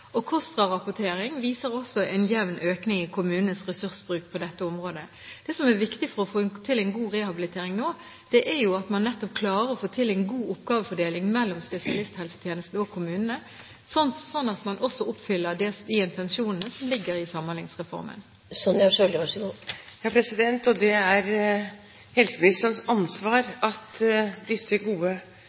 og rehabiliteringsinstitusjoner, som jeg vet at representanten er veldig opptatt av, er det her en økning fra 995,8 mill. kr i 2005 til ca. 1,5 mrd. kr i 2011. KOSTRA-rapportering viser også en jevn økning i kommunenes ressursbruk på dette området. Det som er viktig for å få til en god rehabilitering nå, er at man nettopp klarer å få til en god oppgavefordeling mellom spesialisthelsetjenesten og kommunene, sånn at man også oppfyller de intensjonene som ligger i Samhandlingsreformen. Det er helseministerens ansvar